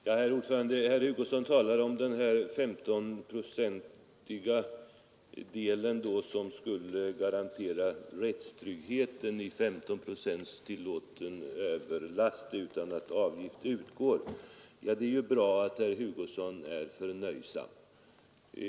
Herr talman! Herr Hugosson sade att 15 procent överlast var tillåten utan att överlastavgift utgår och att denna bestämmelse skulle garantera rättssäkerheten. Det är ju bra att herr Hugosson är förnöjsam.